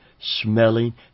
smelling